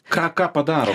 ką ką padaro